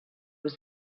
was